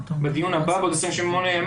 בדיון הבא בעוד 28 ימים,